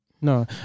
No